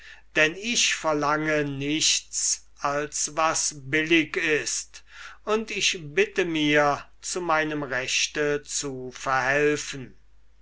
denn ich verlange nichts als was billig ist und ich bitte mir zu meinem rechte zu verhelfen